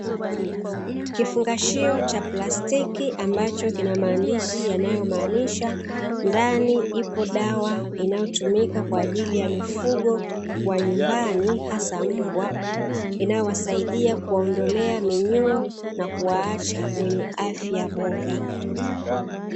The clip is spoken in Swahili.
Kifungashio cha plastiki, ambacho kina maandishi ya nayomaanisha ndani ipo dawa inayotumika kwa ajili ya mifugo ya nyumbani hasa mbwa, inayowasaidia kuwaondolea minyoo na kuwaacha wenye afya bora.